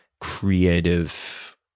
creative